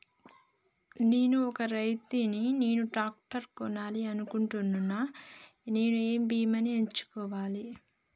నేను ఒక రైతు ని నేను ట్రాక్టర్ కొనాలి అనుకుంటున్నాను నేను ఏ బీమా ఎంచుకోవాలి?